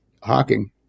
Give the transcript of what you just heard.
hawking